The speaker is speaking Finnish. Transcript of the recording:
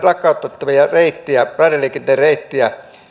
lakkautettavia reittejä raideliikenteen reittejä